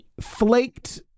flaked